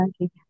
Okay